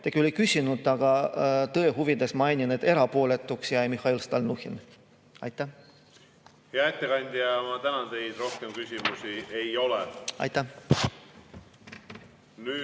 Te küll ei küsinud, aga tõe huvides mainin, et erapooletuks jäi Mihhail Stalnuhhin. Hea ettekandja, ma tänan teid! Rohkem küsimusi ei ole. Nüüd